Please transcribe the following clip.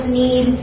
need